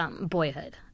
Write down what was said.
Boyhood